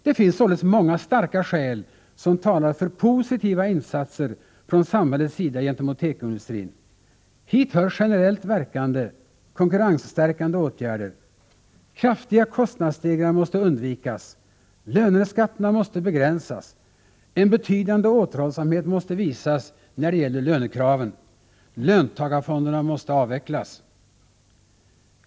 Det finns således många starka skäl, som talar för positiva insatser från samhällets sida gentemot tekoindustrin. Hit hör generellt verkande, konkurrensstärkande åtgärder. Kraftiga kostnadsstegringar måste undvikas. Löneskatterna måste begränsas. En betydande återhållsamhet måste visas, när det gäller lönekraven. Löntagarfonderna måste avvecklas.